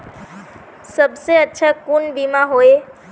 सबसे अच्छा कुन बिमा होय?